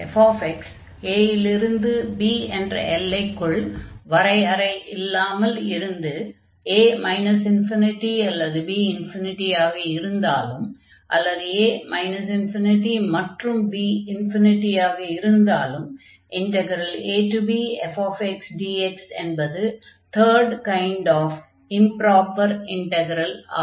f a இல் இருந்து b என்ற எல்லைக்குள் வரையறை இல்லாமல் இருந்து a ∞அல்லது b∞ ஆக இருந்தாலும் அல்லது a ∞ மற்றும் b∞ ஆக இருந்தாலும் abf dx என்பது third kind of improper integral ஆகும்